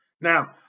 Now